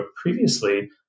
previously